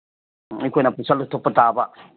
ꯑꯩꯈꯣꯏꯅ ꯄꯩꯁꯥ ꯂꯣꯏꯊꯣꯛꯄ ꯇꯥꯕ